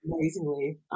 amazingly